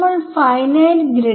നിങ്ങൾ പറഞ്ഞത് ശരിയാണ്